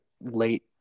late